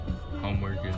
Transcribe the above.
homework